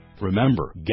Remember